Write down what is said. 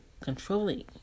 controlling